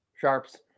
Sharps